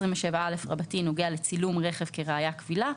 27א רבתי נוגע לצילום רכב כראיה קבילה,